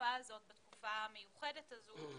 בתקופה המיוחדת הזו,